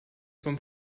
vom